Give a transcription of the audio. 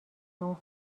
اون